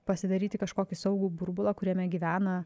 pasidaryti kažkokį saugų burbulą kuriame gyvena